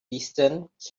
distance